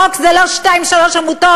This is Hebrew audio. חוק זה לא שתיים-שלוש עמותות,